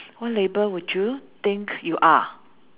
what label would you think you are